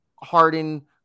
Harden